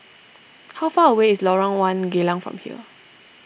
how far away is Lorong one Geylang from here